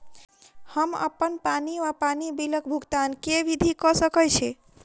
हम्मर अप्पन पानि वा पानि बिलक भुगतान केँ विधि कऽ सकय छी?